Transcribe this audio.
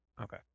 Okay